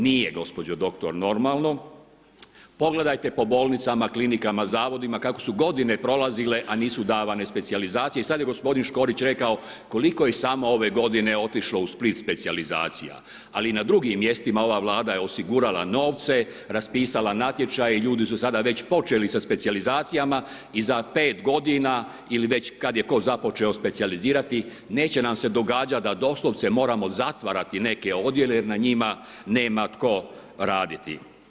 Nije gospođo doktor normalno, pogledajte po bolnicama, klinikama, zavodima kako su godine prolazile, a nisu davane specijalizacije i sada je gospodin Škorić rekao koliko je samo ove godine otišlo u Split specijalizacija, ali na drugim mjestima ova Vlada je osigurala novce, raspisala natječaj i ljudi su sada već počeli sa specijalizacijama i za pet godina ili već kad je tko započeo specijalizirati neće nam se događati da doslovce moramo zatvarati neke odjele jer na njima nema tko raditi.